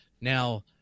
Now